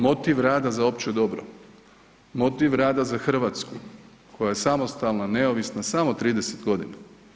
Motiv rada za opće dobro, motiv rada za Hrvatsku, koja je samostalna, neovisna samo 30 godina.